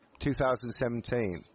2017